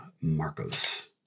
Marcos